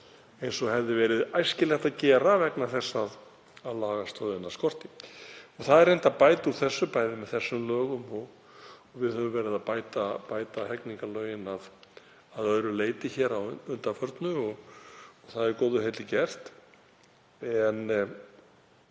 eins og hefði verið æskilegt að gera, vegna þess að lagastoð skorti. Það er reynt að bæta úr þessu, bæði með þessum lögum og við höfum verið að bæta hegningarlögin að öðru leyti hér að undanförnu. Það er góðu heilli gert.